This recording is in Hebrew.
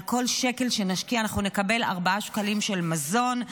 על כל שקל שנשקיע אנחנו נקבל ארבעה שקלים של מזון.